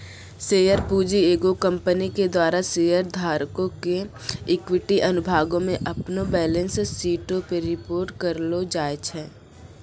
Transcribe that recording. share पूंजी एगो company के द्वारा शेयर धारको के इक्विटी अनुभागो मे अपनो बैलेंस शीटो पे रिपोर्ट करलो जाय छै